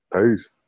Peace